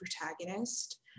protagonist